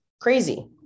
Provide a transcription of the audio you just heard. crazy